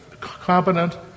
competent